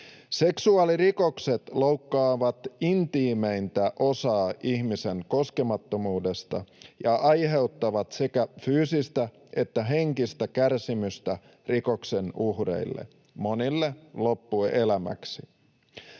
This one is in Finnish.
Seksuaalirikokset loukkaavat intiimeintä osaa ihmisen koskemattomuudesta ja aiheuttavat sekä fyysistä että henkistä kärsimystä rikoksen uhreille, monille loppuelämäksi.